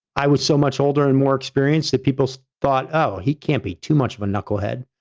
i was so much older and more experienced that people thought, oh, he can't be too much of a knucklehead.